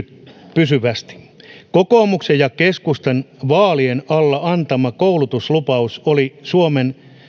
pysyvästi kokoomuksen ja keskustan vaalien alla antama koulutuslupaus oli suomen